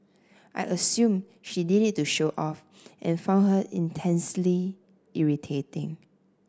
I assumed she did it to show off and found her intensely irritating